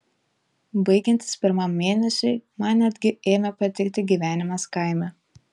baigiantis pirmam mėnesiui man netgi ėmė patikti gyvenimas kaime